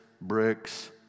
bricks